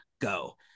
go